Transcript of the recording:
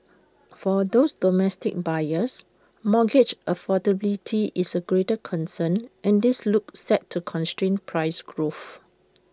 for those domestic buyers mortgage affordability is A greater concern and this looks set to constrain price growth